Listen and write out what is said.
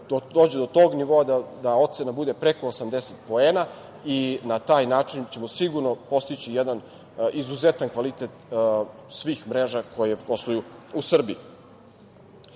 dođe do tog nivoa da ocena bude preko 80 poena. Na taj način ćemo sigurno postići jedan izuzetan kvalitet svih mreža koje posluju u Srbiji.Za